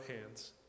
hands